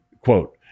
Quote